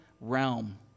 realm